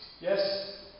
Yes